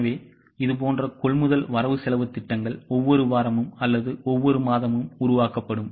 எனவே இதுபோன்ற கொள்முதல் வரவு செலவுத் திட்டங்கள் ஒவ்வொரு வாரமும் அல்லது ஒவ்வொரு மாதமும் உருவாக்கப்படும்